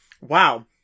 Wow